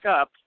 up